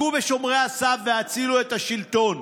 הכו בשומרי הסף והצילו את השלטון.